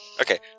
Okay